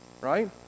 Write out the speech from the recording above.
Right